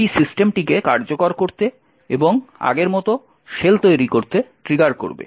এটি সিস্টেমটিকে কার্যকর করতে এবং আগের মতো শেল তৈরি করতে ট্রিগার করবে